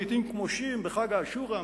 לעתים כמו שיעים בחג העשוראא,